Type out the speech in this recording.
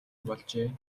болжээ